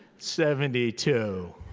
seventy two,